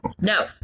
No